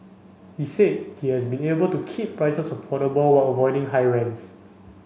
he said he has been able to keep prices affordable while avoiding high rents